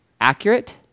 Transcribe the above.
accurate